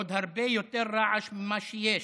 עוד הרבה יותר רעש ממה שיש,